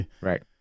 Right